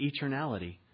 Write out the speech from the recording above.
eternality